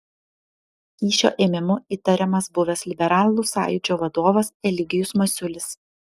kyšio ėmimu įtariamas buvęs liberalų sąjūdžio vadovas eligijus masiulis